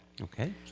okay